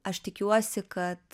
aš tikiuosi kad